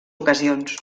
ocasions